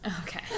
Okay